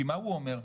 כי מה הוא אומר?